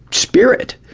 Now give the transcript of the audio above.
spirit.